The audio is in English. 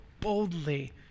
boldly